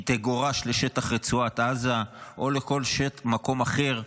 היא תגורש לשטח רצועת עזה או לכל מקום אחר,